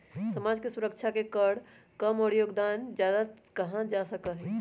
समाज के सुरक्षा के कर कम और योगदान ज्यादा कहा जा सका हई